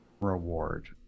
reward